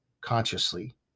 consciously